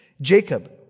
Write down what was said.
Jacob